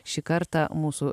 šį kartą mūsų